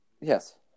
Yes